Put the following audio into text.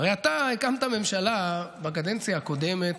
הרי אתה הקמת ממשלה בקדנציה הקודמת